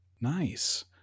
Nice